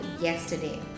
yesterday